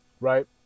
right